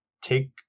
take